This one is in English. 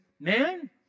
Man